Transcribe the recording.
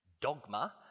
Dogma